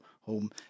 Home